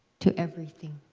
to everything.